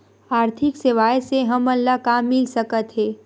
आर्थिक सेवाएं से हमन ला का मिल सकत हे?